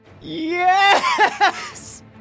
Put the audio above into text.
Yes